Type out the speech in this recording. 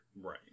Right